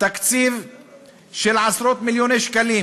תקציב של עשרות-מיליוני שקלים